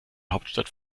hauptstadt